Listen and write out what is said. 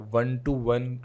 one-to-one